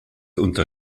unter